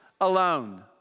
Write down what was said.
alone